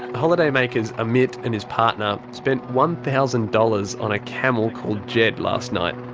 holidaymakers amit and his partner spent one thousand dollars on a camel called jed last night.